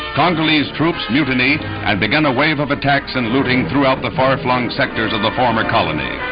congolese troops mutinied and began a wave of attacks and looting throughout the far-flung sectors of the former colony.